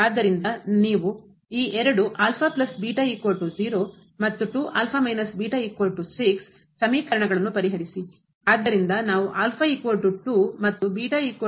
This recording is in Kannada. ಆದ್ದರಿಂದ ನೀವು ಈ ಎರಡು ಮತ್ತು ಸಮೀಕರಣಗಳನ್ನು ಪರಿಹರಿಸಿ ಆದ್ದರಿಂದ ನಾವು ಮತ್ತು